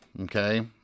okay